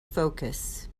focus